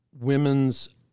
women's